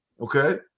okay